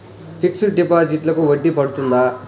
Fixed డిపాజిట్లకు వడ్డీ పడుతుందా?